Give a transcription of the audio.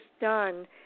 done